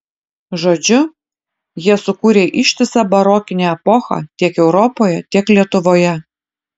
žodžiu jie sukūrė ištisą barokinę epochą tiek europoje tiek lietuvoje